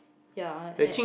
ya and